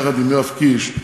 יחד עם יואב קיש,